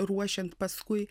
ruošiant paskui